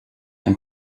ein